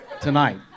tonight